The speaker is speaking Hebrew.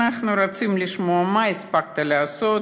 ואנחנו רוצים לשמוע מה הספקת לעשות,